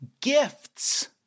gifts